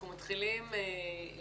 אנחנו מתחילים יישום